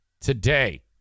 today